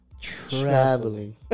traveling